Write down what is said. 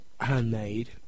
handmade